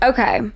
Okay